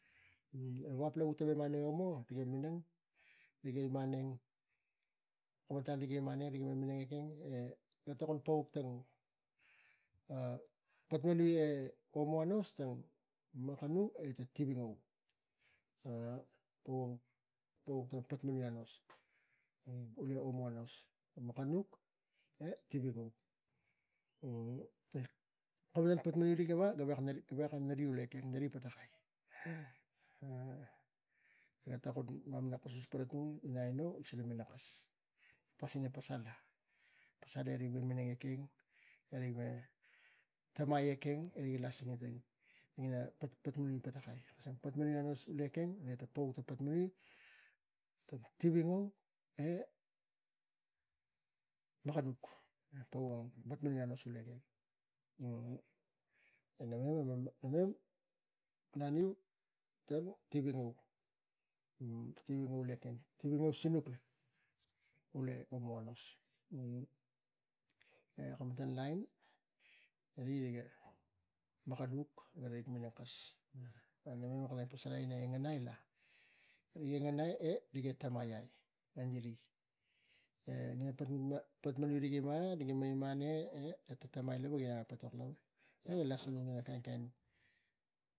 Kain, kain ot kara kalapang tarai mamana ot, mamana pok gaveko malang tarag aino, pok kara ngeni lagina kara sa ngeni pok ina non posok ina parangan aino kara ngeni pok tarag kes lo siva e ina non lavu aino riga kapisi, ngur, tang kau, tang kala, tang tapiok so tang ot kara ngeni eta non lavu aino kara pok. Gara pal gan ara ngen e puk kara tang laif style, tang ol pakik kara me ngen. Tang laif, tang tangitol ina aino, kara malang tangi tol angina gari aino garo kara ngen mamana ot tang pok ina siva e gara kara ngen pok ina non posok. Giro, e nak kus auneng, so tang ot naga veko vilai pagai ina mi veko kalapang tana, aimuk non lavu kes gi aino ira ina e kara tang malang ngan to gi vila pagai. Ne kisang kak etok, tang malmalsup ina etok, giro paliu, e aimuk wo nak vila pagai, naga veko bus aro nak vila pagai, giro